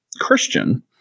Christian